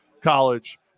college